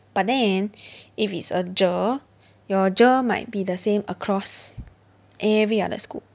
but then if it's a GER your GER might be the same across every other school